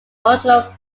original